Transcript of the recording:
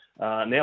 now